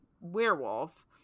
werewolf